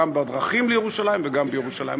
גם בדרכים לירושלים וגם בירושלים.